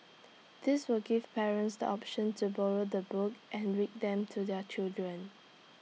this will give parents the option to borrow the book and read them to their children